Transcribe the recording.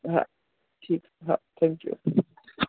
हा ठीक हा थँक्यू